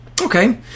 Okay